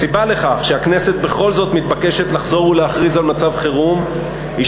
הסיבה לכך שהכנסת בכל זאת מתבקשת לחזור ולהכריז על מצב חירום היא,